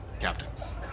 Captains